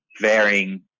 varying